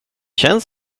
känns